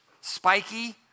spiky